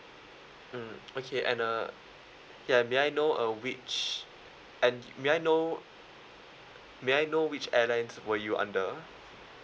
mm okay and uh ya may I know uh which and may I know may I know which airlines were you under